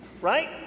Right